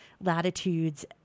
latitudes